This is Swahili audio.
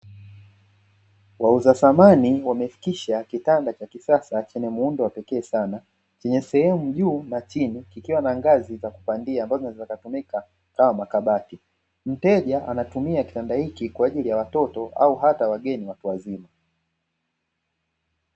Wauzaji samani wamefikisha kitanda cha kisasa chenye muundo wa pekee sana chenye sehemu juu na chini, kikiwa na ngazi za kupandia ambazo zinatumika kama makabati. Mteja anatumia kitanda hiki kwa ajili ya watoto au hata wageni watu wazima.